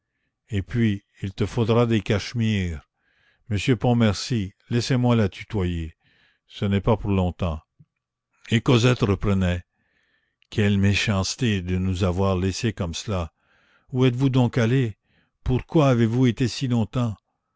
et puis il te faudra des cachemires monsieur pontmercy laissez-moi la tutoyer ce n'est pas pour longtemps et cosette reprenait quelle méchanceté de nous avoir laissés comme cela où êtes-vous donc allé pourquoi avez-vous été si longtemps